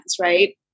right